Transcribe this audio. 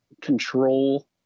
control